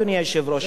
אדוני היושב-ראש,